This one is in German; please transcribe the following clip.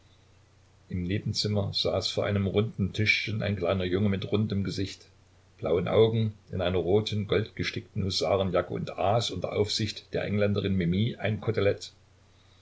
im nebenzimmer saß vor einem runden tischchen ein kleiner junge mit rundem gesicht blauen augen in einer roten goldgestickten husarenjacke und aß unter aufsicht der engländerin mimi ein kotelett